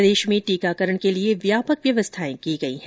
प्रदेश में टीकाकरण के लिए व्यापक व्यवस्थाएं की गई हैं